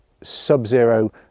sub-zero